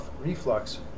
reflux